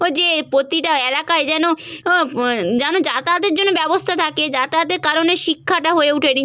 ওই যে প্রতিটা এলাকায় যেন যেন যাতায়াতের জন্য ব্যবস্থা থাকে যাতায়াতের কারণে শিক্ষাটা হয়ে উঠেনি